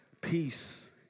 Peace